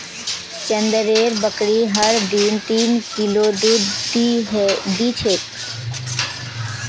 चंदनेर बकरी हर दिन तीन किलो दूध दी छेक